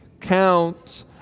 count